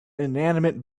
inanimate